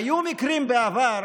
היו מקרים בעבר